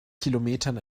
kilometern